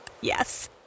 Yes